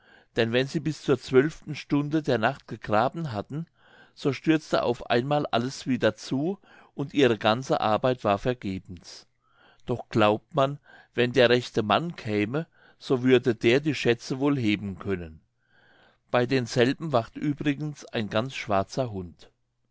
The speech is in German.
denn wenn sie bis zur zwölften stunde der nacht gegraben hatten so stürzte auf einmal alles wieder zu und ihre ganze arbeit war vergebens doch glaubt man wenn der rechte mann käme so würde der die schätze wohl heben können bei denselben wacht übrigens ein ganz schwarzer hund